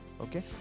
okay